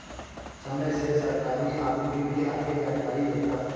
समय से सरकारी आदमी भी आके जानकारी देता